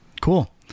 cool